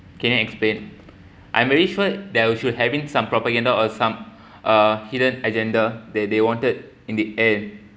can you explain I am very sure there will sure having some propaganda or some uh hidden agenda that they wanted in the end